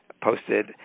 posted